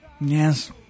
Yes